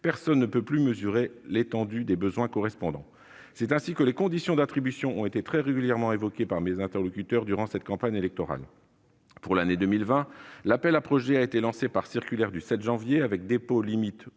personne ne peut plus mesurer l'étendue des besoins correspondants. C'est ainsi que les conditions d'attribution ont été très régulièrement évoquées par mes interlocuteurs durant cette campagne électorale. Pour l'année 2020, l'appel à projets a été lancé par circulaire du 7 janvier 2020, avec un dépôt limite